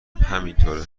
همینطوره